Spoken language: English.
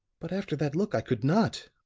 but after that look i could not.